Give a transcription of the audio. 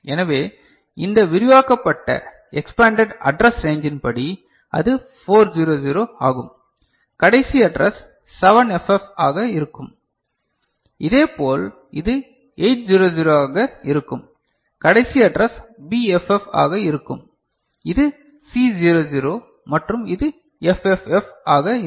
எனவே இந்த விரிவாக்கப்பட்ட எக்ச்பேண்டேட் அட்ரஸ் ரேஞ்சின்படி அது 400 ஆகும் கடைசி அட்ரஸ் 7FF ஆக இருக்கும் இதேபோல் இது 800 ஆக இருக்கும் கடைசி அட்ரஸ் BFF ஆக இருக்கும் இது C00 மற்றும் இது FFF ஆக இருக்கும்